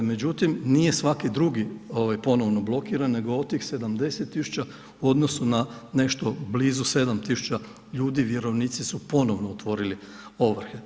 Međutim, nije svaki drugi ponovno blokiran nego od tih 70 tisuća u odnosu na nešto blizu 7 tisuća ljudi vjerovnici su ponovno otvorili ovrhe.